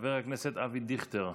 חבר הכנסת אבי דיכטר,